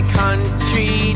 country